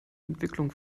entwicklung